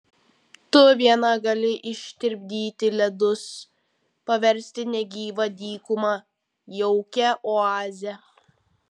tu viena gali ištirpdyti ledus paversti negyvą dykumą jaukia oaze